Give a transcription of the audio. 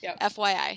FYI